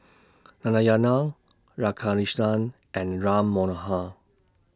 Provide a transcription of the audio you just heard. Narayana Radhakrishnan and Ram Manohar